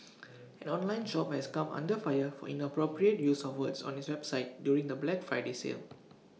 an online shop has come under fire for inappropriate use of words on its website during the Black Friday sale